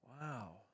Wow